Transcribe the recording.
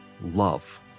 love